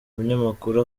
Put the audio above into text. umunyamakuru